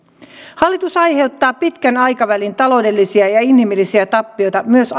hallitus aiheuttaa pitkän aikavälin taloudellisia ja inhimillisiä tappioita myös